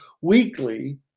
weekly